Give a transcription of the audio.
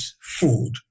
food